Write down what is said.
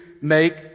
make